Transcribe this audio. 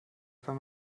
wenn